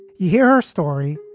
you hear her story.